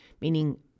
meaning